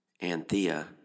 Anthea